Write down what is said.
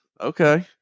okay